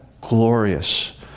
glorious